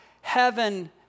heaven